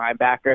linebacker